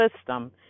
system